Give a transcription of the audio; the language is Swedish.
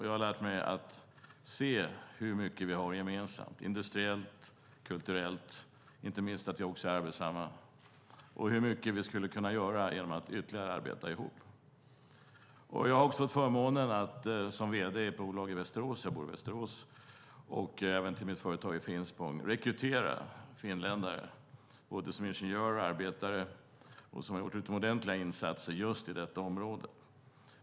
Jag har lärt mig att se hur mycket vi har gemensamt industriellt och kulturellt. Det gäller inte minst att vi är arbetsamma och hur mycket vi skulle kunna göra genom att ytterligare arbeta ihop. Jag har också haft förmånen att som vd i ett bolag i Västerås, jag bor i Västerås, och även till mitt företag i Finspång rekrytera finländare som både ingenjörer och arbetare som har gjort utomordentliga insatser just i detta område.